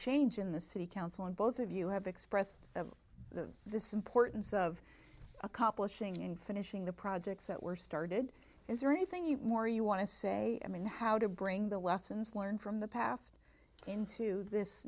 change in the city council in both of you have expressed this importance of accomplishing in finishing the projects that were started is there anything you or you want to say i mean how to bring the lessons learned from the past into this